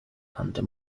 under